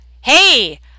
Hey